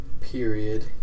Period